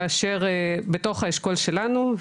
כאשר בתוך האשכול שלנו,